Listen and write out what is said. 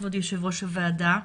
כבוד יושב-ראש הוועדה,